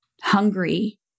hungry